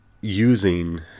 using